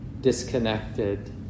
disconnected